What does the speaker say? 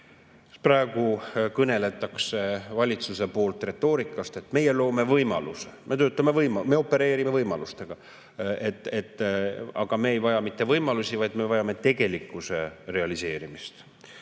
Praegu kõneleb valitsus retoorikas, et meie loome võimaluse, me töötame, me opereerime võimalustega. Aga me ei vaja mitte võimalusi, vaid me vajame tegelikkuses realiseerimist.